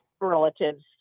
relatives